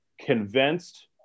convinced